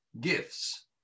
gifts